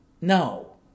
No